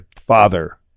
father